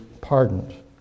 pardoned